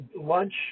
lunch